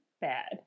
bad